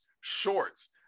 shorts